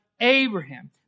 Abraham